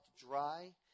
dry